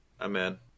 Amen